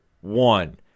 one